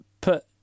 Put